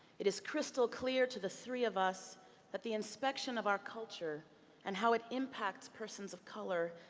it is crystal clear to the three of us that the inspection of our culture and how it impacts persons of color,